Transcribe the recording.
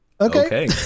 okay